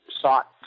sought